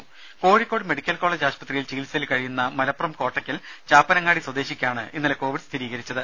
രുമ Kozhikode medical college ആശുപത്രിയിൽ ചികിത്സയിൽ കഴിയുന്ന മലപ്പുറം കോട്ടക്കൽ ചാപ്പനങ്ങാടി സ്വദേശിക്കാണ് ഇന്നലെ കോവിഡ് സ്ഥിരീകരിച്ചത്